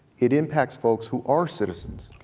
it impacts folks who are citizens.